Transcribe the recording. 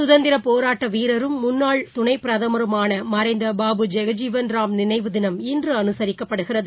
சுதந்திரப் போராட்டவீரரும் முன்னாள் துணைப்பிரதமருமானமறைந்தபாபு ஜெகஜீவன் ராம் நினைவுதினம் இன்றுஅனுசரிக்கப்படுகிறது